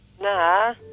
Nah